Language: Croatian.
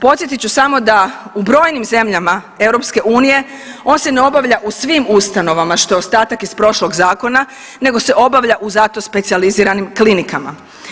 Podsjetit ću samo da u brojnim zemljama EU on se ne obavlja u svim ustanovama što je ostatak iz prošlog zakona nego se obavlja u za to specijaliziranim klinikama.